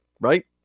right